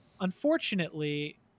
unfortunately